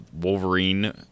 Wolverine